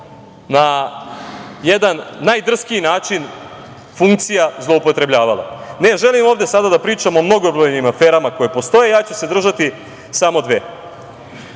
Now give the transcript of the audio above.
na jedan najdrskiji način funkcija zloupotrebljavala. Ne želim sada ovde da pričam o mnogobrojnim aferama koje postoje, ja ću se držati samo